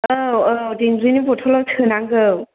औ औ दिंग्रिनि बथलाव सोनांगौ